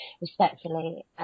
respectfully